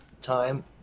time